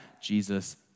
Jesus